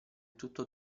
tutto